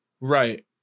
Right